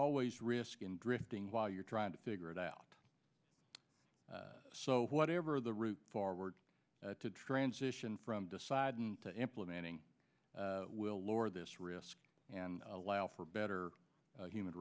always risk in drifting while you're trying to figure it out so whatever the route forward to transition from deciding to implementing will lower this risk and allow for better human